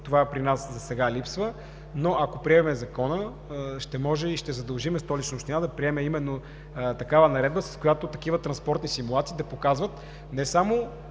Това при нас засега липсва, но ако одобрим Законопроекта, ще задължим Столична община да приеме именно такава наредба, с която такива транспортни симулации ще показват не само